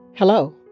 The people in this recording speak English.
Hello